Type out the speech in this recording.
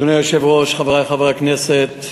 אדוני היושב-ראש, חברי חברי הכנסת,